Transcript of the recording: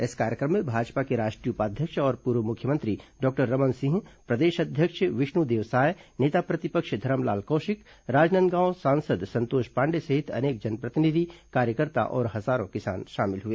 इस कार्यक्रम में भाजपा के राष्ट्रीय उपाध्यक्ष और पूर्व मुख्यमंत्री डॉक्टर रमन सिंह प्रदेश अध्यक्ष विष्णुदेव साय नेता प्रतिपक्ष धरमलाल कौशिक राजनांदगांव सांसद संतोष पांडेय सहित अनेक जनप्रतिनिधि कार्यकर्ता और हजारों किसान शामिल हुए